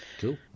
cool